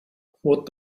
what